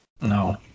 No